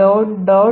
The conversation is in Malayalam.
py -binary